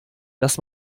dass